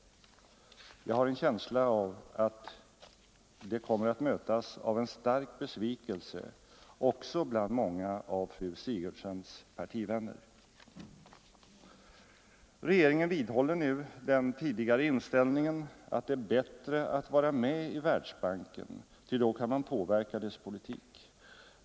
Jag. har en känsla av att det kommer att mötas av en stark besvikelse också bland många av fru Sigurdsens partivänner. Regeringen vidhåller nu den tidigare inställningen att det är bättre att vara med i Världsbanken, ty då kan man påverka dess politik.